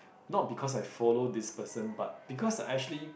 not because I follow this person but because I actually